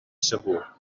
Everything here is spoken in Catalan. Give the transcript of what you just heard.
segur